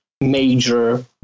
major